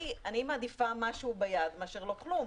אני מעדיפה משהו ביד מאשר לא כלום.